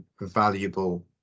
valuable